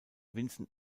vincent